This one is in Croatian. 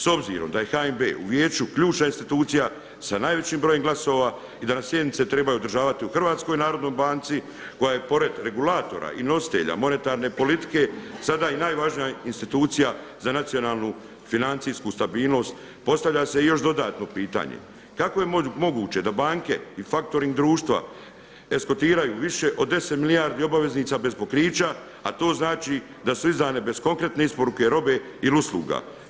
S obzirom da je HNB u vijeću ključna institucija sa najvećim brojem glasova i da na sjednice treba održavati u Hrvatskoj narodnoj banci koja je pored regulatora i nositelja monetarne politike sada i najvažnija institucija za nacionalnu financijsku stabilnost postavlja se i još dodatno pitanje kako je moguće da banke i faktoring društva eskontiraju više od 10 milijardi obaveznica bez pokrića, a to znači da su izdane bez konkretne isporuke robe ili usluga.